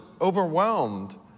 overwhelmed